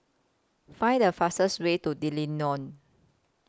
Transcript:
Find The fastest Way to D'Leedon